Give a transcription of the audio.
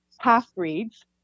half-breeds